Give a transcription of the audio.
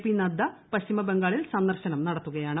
P Nadda പശ്ചിമ ബംഗാളിൽ സന്ദർശനം നടത്തുകയാണ്